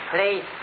Please